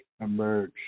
emerge